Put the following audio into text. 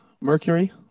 Mercury